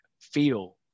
feel